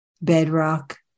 bedrock